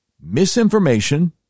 misinformation